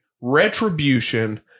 retribution